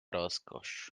rozkosz